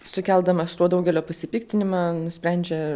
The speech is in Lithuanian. sukeldamas tuo daugelio pasipiktinimą nusprendžia